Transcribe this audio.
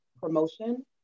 promotion